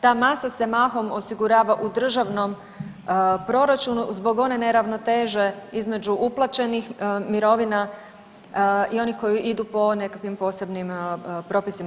Ta masa se mahom osigurava u državnom proračunu zbog one neravnoteže između uplaćenih mirovina i onih koji idu po nekakvim posebnim propisima.